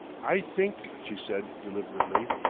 i think, she said deliberately,